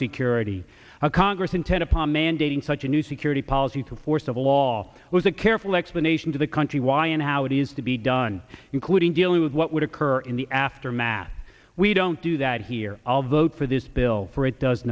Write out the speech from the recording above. security our congress intent upon mandating such a new security policy through force of law was a careful explanation to the country why and how it is to be done including dealing with what would occur in the aftermath we don't do that here i'll vote for this bill for it does